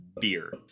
beer